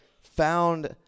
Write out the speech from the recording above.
found